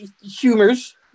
humors